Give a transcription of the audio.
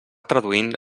traduint